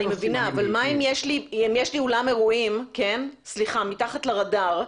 מה אם יש אולם אירועים מתחת לרדאר,